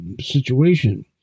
situation